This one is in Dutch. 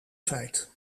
feit